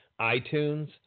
iTunes